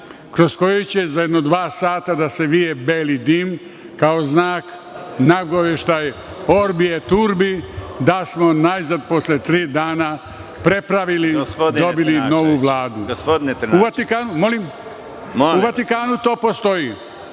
kroz koji će za jedno dva sata da se vije beli dim, kao znak, nagoveštaj, „orbi e turbi“, da smo najzad posle tri dana prepravili, dobili novu Vladu. U Vatikanu to postoji. Koja